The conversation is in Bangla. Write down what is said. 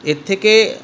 এর থেকে